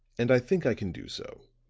and i think i can do so.